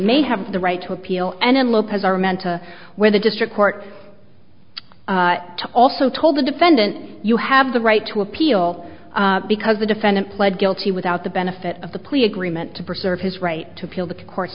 may have the right to appeal and lopez are meant to wear the district court to also told the defendant you have the right to appeal because the defendant pled guilty without the benefit of the plea agreement to preserve his right to appeal the cour